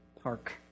park